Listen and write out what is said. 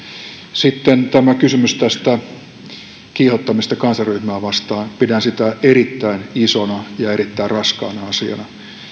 sitten tämä kysymys tästä kiihottamisesta kansanryhmää vastaan pidän sitä erittäin isona ja erittäin raskaana asiana